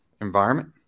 environment